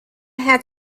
had